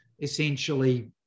essentially